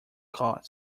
caught